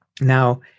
Now